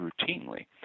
routinely